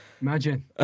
Imagine